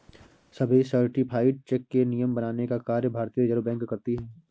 सभी certified check के नियम बनाने का कार्य भारतीय रिज़र्व बैंक करती है